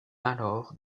alors